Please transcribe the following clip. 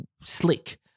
slick –